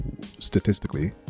statistically